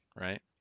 right